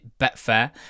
Betfair